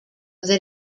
that